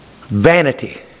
vanity